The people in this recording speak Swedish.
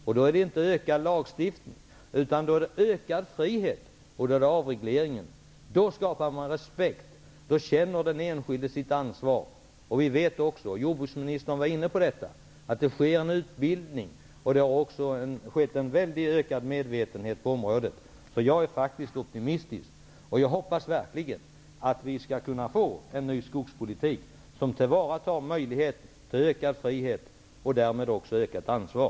Det behövs inte mer lagstiftning, utan ökad frihet. Då skapar man respekt. Den enskilde känner sitt ansvar. Vi vet -- och det var också jordbruksministern inne på -- att det pågår en utbildning och att medvetenheten på området har ökat väsentligt. Därför är jag optimistisk. Jag hoppas verkligen att man skall införa en ny skogspolitik som tillvaratar möjligheten till ökad frihet och därmed också till ökat ansvar.